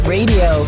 Radio